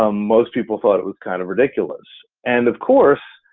um most people thought it was kind of ridiculous. and of course,